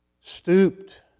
stooped